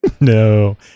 No